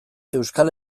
euskal